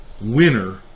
winner